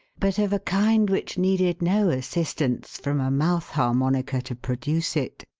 but of a kind which needed no assistance from a mouth harmonica to produce it.